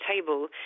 table